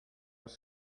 was